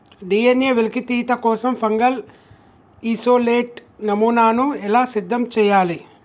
DNA వెలికితీత కోసం fungal isolate నమూనాను ఎలా సిద్ధం చెయ్యాలి?